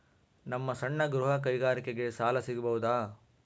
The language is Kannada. ನಮ್ಮ ಸಣ್ಣ ಗೃಹ ಕೈಗಾರಿಕೆಗೆ ಸಾಲ ಸಿಗಬಹುದಾ?